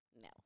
No